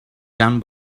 down